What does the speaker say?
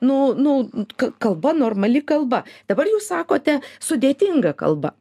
nu nu ka kalba normali kalba dabar jūs sakote sudėtinga kalba